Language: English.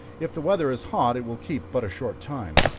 if the weather is hot, it will keep but a short time.